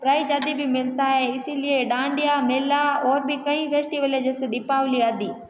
price आदि भी मीलता है इसलिए डांडिया मेला और भी कई फ़ैष्टिवल है जैसे दीपावली आदि